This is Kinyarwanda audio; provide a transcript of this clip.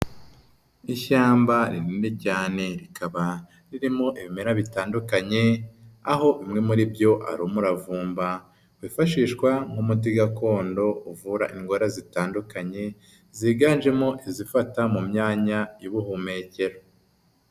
Ishyamba rirerire cyane rikaba ririmo ibimera bitandukanye, aho umwe muri byo ari umuravumba wifashishwa nk'umuti gakondo uvura indwara zitandukanye ziganjemo izifata mu myanya y'ubuhumekero.